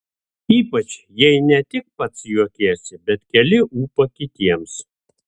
ypač jei ne tik pats juokiesi bet keli ūpą kitiems